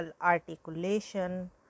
articulation